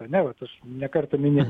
ar ne vat aš ne kartą minėjau